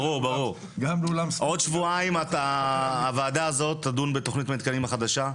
בעוד שבועיים הוועדה הזו תדון בתכנית המתקנים החדשה,